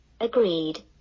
Agreed